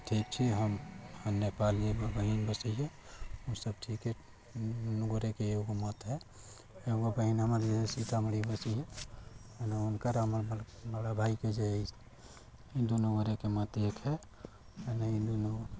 ठीक छी हम नेपाले मे बहिन बसैया ओ सब ठीक अछि दुनू गोरे के एगो मत है एगो बहिन हमर जे हय सीतामढ़ी बसैया एने हुनकर हमर बड़ा भाइ के जे हय दुनू गोरे के मत एक हय एने ई दुनू